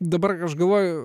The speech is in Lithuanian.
dabar aš galvoju